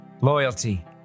loyalty